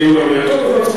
דיון במליאה.